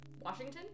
Washington